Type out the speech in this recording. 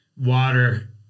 water